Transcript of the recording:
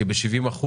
כי ב-70%,